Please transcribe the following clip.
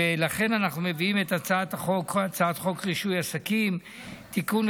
ולכן אנחנו מביאים את הצעת חוק רישוי עסקים (תיקון,